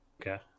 Okay